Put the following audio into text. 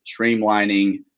streamlining